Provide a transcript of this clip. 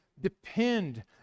depend